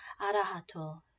Arahato